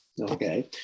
Okay